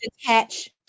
detach